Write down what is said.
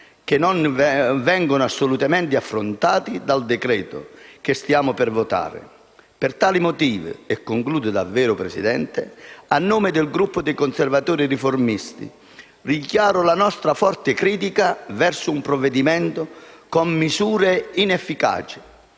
che non vengono assolutamente affrontati dal decreto-legge che stiamo per affrontare. Per tali motivi, in conclusione, a nome del Gruppo dei Conservatori e Riformisti, dichiaro la nostra forte critica verso un provvedimento che ha misure inefficaci